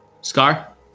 Scar